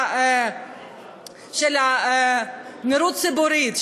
של הנראות הציבורית,